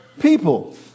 people